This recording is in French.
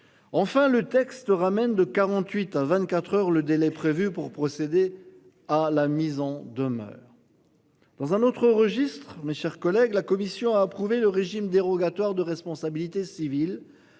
Enfin le texte ramène de 48 à 24h le délai prévu pour procéder à la mise en demeure. Dans un autre registre, mes chers collègues, la commission a approuvé le régime dérogatoire de responsabilité civile